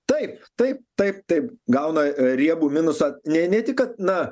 taip taip taip taip gauna riebų minusą ne ne tik kad na